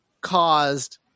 caused